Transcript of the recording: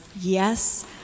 yes